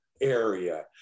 area